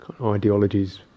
ideologies